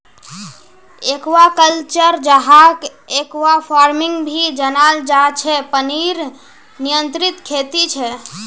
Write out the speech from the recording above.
aquaculture, जहाक aquafarming भी जनाल जा छे पनीर नियंत्रित खेती छे